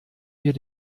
wir